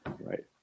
Right